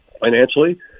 financially